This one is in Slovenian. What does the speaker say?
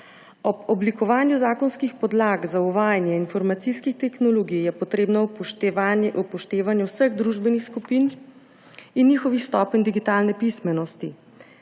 Ob oblikovanju zakonskih podlag za uvajanje informacijskih tehnologij je potrebno upoštevanje vseh družbenih skupin in njihovih stopenj digitalne pismenosti.